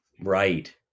Right